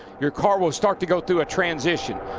your car will start to go through a transition.